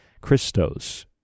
Christos